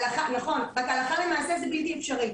נכון, רק הלכה למעשה זה בלתי אפשרי.